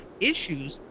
issues